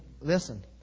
Listen